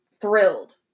thrilled